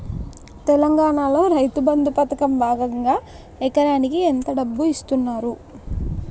తెలంగాణలో రైతుబంధు పథకం భాగంగా ఎకరానికి ఎంత డబ్బు ఇస్తున్నారు?